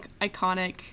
iconic